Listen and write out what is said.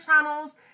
channels